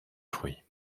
fruits